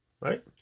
Right